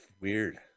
Weird